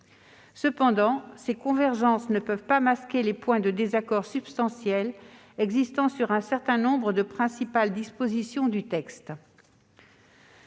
Cependant, ces convergences ne peuvent masquer les points de désaccord substantiels qui persistent sur un certain nombre des principales dispositions du texte.